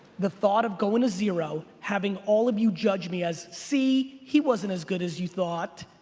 the thought of going to zero, having all of you judge me as see, he wasn't as good as you thought.